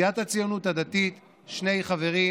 מסיעת הציונות הדתית שני חברים: